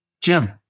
Jim